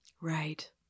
right